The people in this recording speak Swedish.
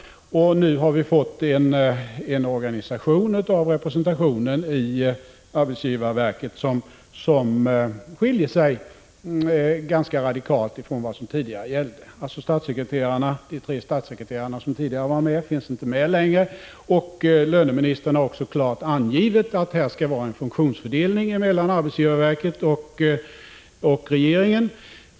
Det har nu blivit en representation i arbetsgivarverket som skiljer sig ganska radikalt från den som tidigare gällde. De tre statssekreterare som förr i tiden var med i styrelsen finns inte längre med. Löneministern har också klart deklarerat att det skall vara en funktionsfördelning mellan arbetsgivarverket och regeringen.